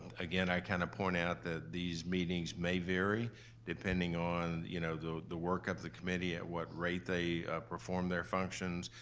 again, i kind of point out that these meetings may vary depending on you know the the work of the committee, at what rate they perform their functions,